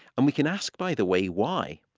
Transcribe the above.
and we can ask, by the way, why?